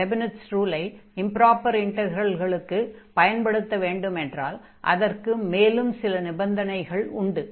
Leibniz ரூலை improper இன்டக்ரல்களுக்குப் பயன்படுத்த வேண்டும் என்றால் அதற்கு மேலும் சில நிபந்தனைகள் உண்டு